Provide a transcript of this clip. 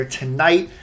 tonight